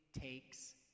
takes